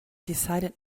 decided